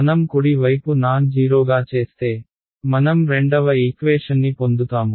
మనం కుడి వైపు నాన్ జీరోగా చేస్తే మనం రెండవ ఈక్వేషన్ని పొందుతాము